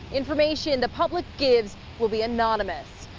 information the public gives will be anonymous.